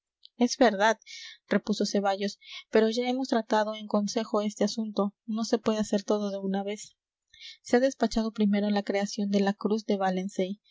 es verdad repuso ceballos pero ya hemos tratado en consejo este asunto no se puede hacer todo de una vez se ha despachado primero la creación de la cruz de valencey